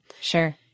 Sure